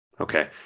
Okay